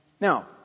Now